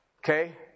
Okay